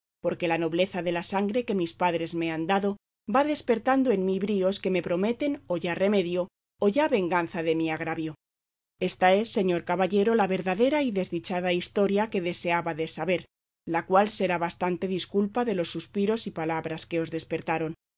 porque la nobleza de la sangre que mis padres me han dado va despertando en mí bríos que me prometen o ya remedio o ya venganza de mi agravio esta es señor caballero la verdadera y desdichada historia que deseábades saber la cual será bastante disculpa de los suspiros y palabras que os despertaron